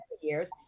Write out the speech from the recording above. years